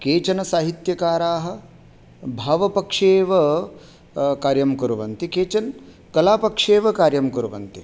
केचन साहित्यकाराः भावपक्षे एव कार्यं कुर्वन्ति केचन कलापक्षे एव कार्यं कुर्वन्ति